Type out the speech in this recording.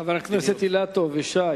חבר הכנסת אילטוב וחבר הכנסת שי